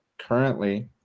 currently